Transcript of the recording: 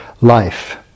life